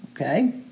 Okay